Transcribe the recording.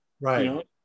Right